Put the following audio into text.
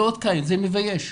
זה מבייש.